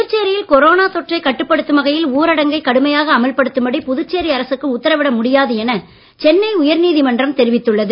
புதுச்சேரியில் கொரோனா தொற்றை கட்டுப்படுத்தும் வகையில் ஊரடங்கை கடுமையாக அமல்படுத்தும்படி புதுச்சேரி அரசுக்கு உத்தரவிட முடியாது என சென்னை உயர் நீதிமன்றம் தெரிவித்துள்ளது